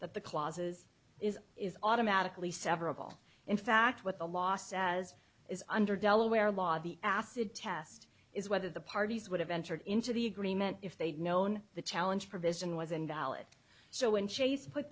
the clauses is is automatically several in fact what the law says is under delaware law the acid test is whether the parties would have entered into the agreement if they'd known the challenge provision was invalid so when chase put